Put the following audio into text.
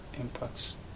impacts